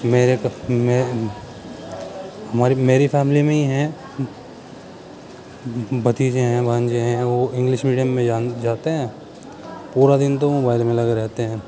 میرے میں ہماری میری فیملی میں ہی ہیں بھتیجے ہیں بھانجے ہیں وہ انگلش میڈیم میں جان جاتے ہیں پورا دن تو موبائل میں لگے رہتے ہیں